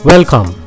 Welcome